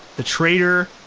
the trader,